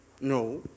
No